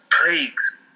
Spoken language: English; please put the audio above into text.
plagues